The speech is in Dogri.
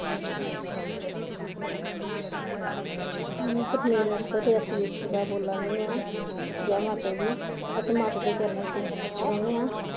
परवीन अख्तर रियासी डिस्ट्रिक दा बोल्ला नि आं जै माता दी अस चरणें च रौह्ने आं